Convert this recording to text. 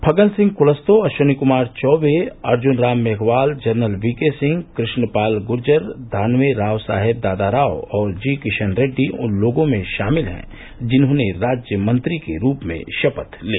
Faggan Singh Kulaste Ashwini Kumar Choubey Arjun Ram Meghwal general VK Singh Krishan Pal Gurjar Danve Raosaheb Dadarao और जी किशन रेड्डी उन लोगों में शामिल हैं जिन्होंने राज्य मंत्री के रूप में शपथ ली